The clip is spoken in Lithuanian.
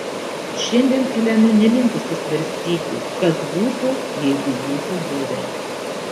šiandien elena nelinkusi svarstyti kas būtų jeigu būtų buvę